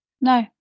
no